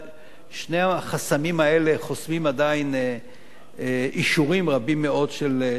שני החסמים האלה חוסמים עדיין אישורים רבים מאוד של הבנייה.